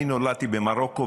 אני נולדתי במרוקו,